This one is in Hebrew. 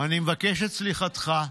אני מבקש את סליחתך,